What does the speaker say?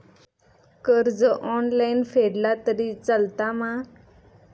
कर्ज ऑनलाइन फेडला तरी चलता मा?